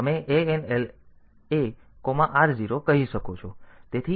તેથી તમે ANL AR0 કહી શકો છો